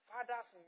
Fathers